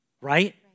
right